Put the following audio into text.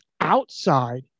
outside